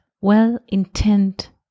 well-intent